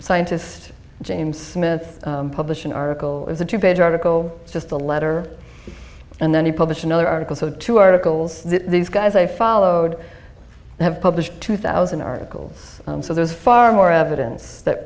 scientist james smith published an article as a two page article just the letter and then he published another article so two articles these guys i followed have published two thousand articles so there's far more evidence that